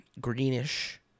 greenish